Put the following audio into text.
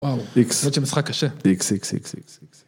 ‫וואו, זאת שמשכה קשה. ‫-איקס, איקס, איקס, איקס.